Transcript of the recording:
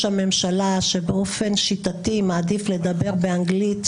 הממשלה שבאופן שיטתי מעדיף לדבר באנגלית,